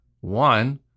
One